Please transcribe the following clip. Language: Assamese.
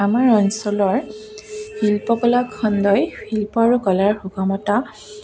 আমাৰ অঞ্চলৰ শিল্পকলা খণ্ডই শিল্প আৰু কলাৰ সুগমতা